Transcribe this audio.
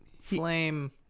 flame